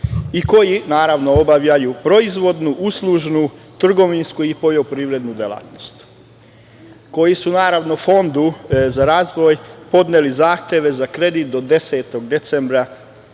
i koji, naravno, obavljaju proizvodnu, uslužnu, trgovinsku i poljoprivrednu delatnost, koji su Fondu za razvoj podneli zahteve za kredit do 10. decembra